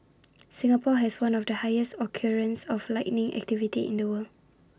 Singapore has one of the highest occurrences of lightning activity in the world